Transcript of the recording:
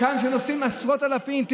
כאן נוסעים עשרות אלפים.